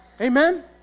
Amen